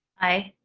aye.